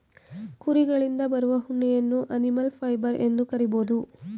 ಕುರಿಗಳಿಂದ ಬರುವ ಉಣ್ಣೆಯನ್ನು ಅನಿಮಲ್ ಫೈಬರ್ ಎಂದು ಕರಿಬೋದು